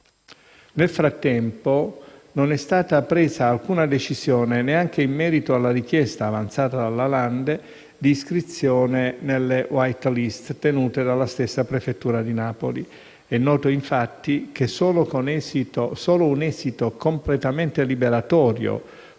Nel frattempo, non è stata presa alcuna decisione neanche in merito alla richiesta avanzata dalla Lande di iscrizione nelle *white list* tenute dalla stessa prefettura di Napoli. È noto, infatti, che solo un esito completamente liberatorio